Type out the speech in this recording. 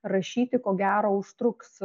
rašyti ko gero užtruks